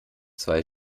zwei